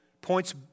points